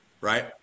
right